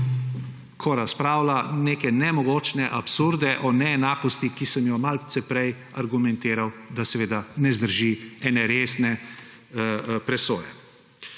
ko razpravlja o nekih nemogočih absurdih, o neenakosti, o kateri sem malce prej argumentiral, da seveda ne zdrži ene resne presoje.